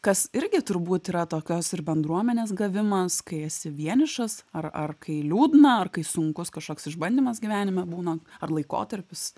kas irgi turbūt yra tokios ir bendruomenės gavimas kai esi vienišas ar ar kai liūdna ar kai sunkus kažkoks išbandymas gyvenime būna ar laikotarpis